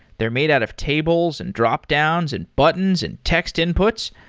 they're made out of tables, and dropdowns, and buttons, and text inputs.